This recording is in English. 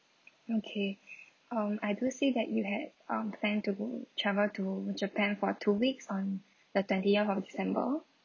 okay um I do see that you had um plan to go travel to japan for two weeks on the twentieth of december